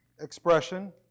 expression